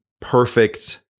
perfect